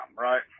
right